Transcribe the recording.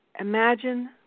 imagine